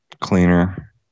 cleaner